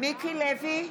מיקי לוי,